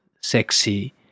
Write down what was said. sexy